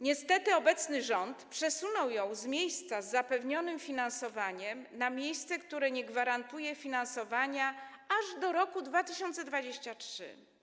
Niestety, obecny rząd przesunął ją z miejsca zapewniającego finansowanie na miejsce, które nie gwarantuje finansowania aż do roku 2023.